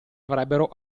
avrebbero